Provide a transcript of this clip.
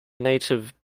native